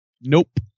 Nope